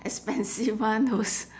expensive one those